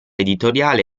editoriale